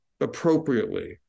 appropriately